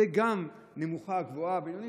זה גם נמוכה, גבוהה ובינונית.